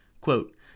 Quote